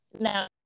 now